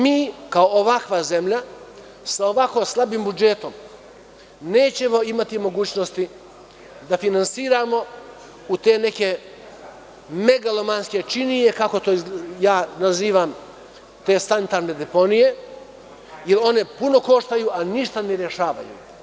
Mi, kao ovakva zemlja, sa ovako slabim budžetom nećemo imati mogućnosti da finansiramo u te neke megalomanske činije, kako ja nazivam te sanitarne deponije, jer one puno koštaju, ali ništa ne rešavaju.